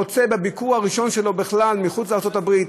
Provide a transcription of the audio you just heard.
בביקור הראשון שלו בכלל מחוץ לארצות הברית